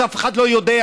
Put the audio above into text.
שאף אחד לא יודע,